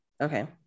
Okay